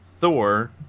Thor